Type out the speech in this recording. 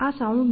આ સાઉન્ડ નથી